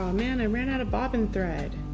um man, i ran out of bobbin thread.